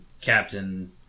captain